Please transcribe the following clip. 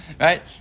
right